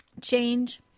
change